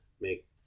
make